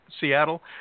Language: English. Seattle